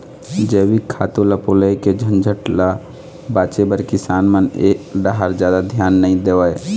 जइविक खातू ल पलोए के झंझट ल बाचे बर किसान मन ए डाहर जादा धियान नइ देवय